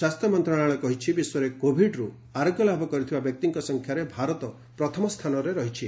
ସ୍ୱାସ୍ଥ୍ୟ ମନ୍ତ୍ରଣାଳୟ କହିଛି ବିଶ୍ୱରେ କୋଭିଡ୍ରୁ ଆରୋଗ୍ୟ ବ୍ୟକ୍ତିଙ୍କ ସଂଖ୍ୟାରେ ଭାରତ ପ୍ରଥମସ୍ଥାନରେ ରହିଛି